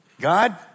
God